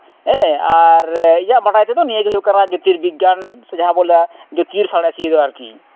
ᱦᱮᱸ ᱟᱨ ᱤᱧᱟᱹᱜ ᱵᱟᱰᱟᱭ ᱛᱮᱫᱚ ᱱᱤᱭᱟᱹ ᱜᱮ ᱦᱩᱭᱩᱜ ᱠᱟᱱᱟ ᱡᱳᱛᱤᱨᱵᱤᱜᱽᱜᱟᱱ ᱥᱮ ᱡᱟᱦᱟᱸ ᱵᱚᱱ ᱞᱟᱹᱭᱟ ᱡᱳᱛᱤᱨ ᱥᱟᱬᱮᱥᱤᱭᱟᱹ ᱫᱚ ᱟᱨᱠᱤ